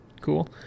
Cool